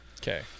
Okay